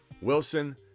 Wilson